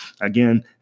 again